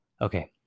Okay